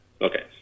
Okay